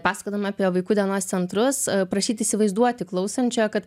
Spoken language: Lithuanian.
pasakodama apie vaikų dienos centrus prašyt įsivaizduoti klausančiojo kad